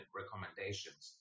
recommendations